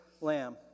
lamb